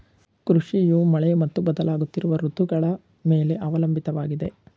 ಕೃಷಿಯು ಮಳೆ ಮತ್ತು ಬದಲಾಗುತ್ತಿರುವ ಋತುಗಳ ಮೇಲೆ ಅವಲಂಬಿತವಾಗಿದೆ